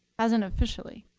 hasn't officially.